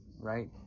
right